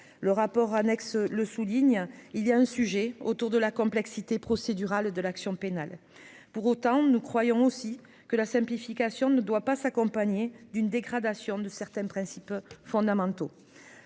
le rapport annexe le souligne, il y a un sujet autour de la complexité procédurale de l'action pénale pour autant nous croyons aussi que la simplification ne doit pas s'accompagner d'une dégradation de certains principes fondamentaux,